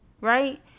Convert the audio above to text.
Right